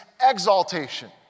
exaltation